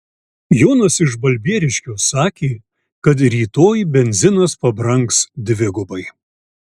jonas iš balbieriškio sakė kad rytoj benzinas pabrangs dvigubai